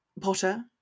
Potter